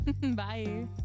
Bye